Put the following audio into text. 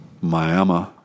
Miami